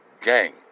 gang